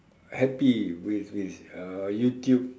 happy with with uh YouTube